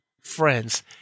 friends